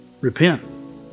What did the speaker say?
repent